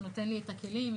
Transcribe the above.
שנותן לי את הכלים,